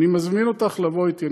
אני מזמין אותך לבוא אתי.